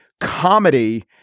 comedy